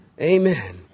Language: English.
Amen